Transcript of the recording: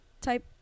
type